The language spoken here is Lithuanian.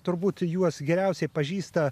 turbūt juos geriausiai pažįsta